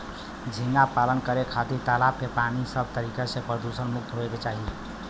झींगा पालन करे खातिर तालाब के पानी सब तरीका से प्रदुषण मुक्त होये के चाही